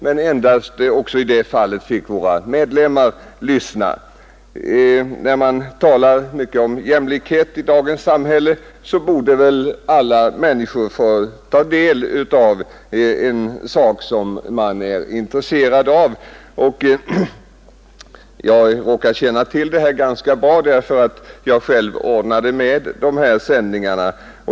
Men även i det fallet fick endast våra medlemmar lyssna. Man talar mycket om jämlikhet i dagens samhälle, och då borde väl alla människor få ta del av det de är intresserade av. Jag råkar känna till det här ganska bra därför att jag själv ordnade med dessa sändningar.